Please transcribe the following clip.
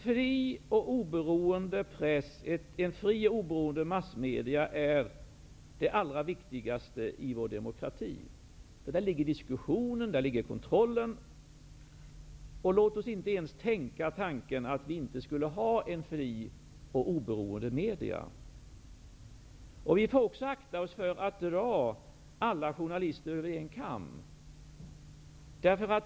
Fri och oberoende press och massmedia är det allra viktigaste i vår demokrati. Där ligger diskussionen och kontrollen. Låt oss inte ens tänka tanken att vi inte skulle ha fria och oberoende media. Vi skall också akta oss för att dra alla journalister över en kam.